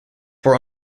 were